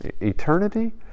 eternity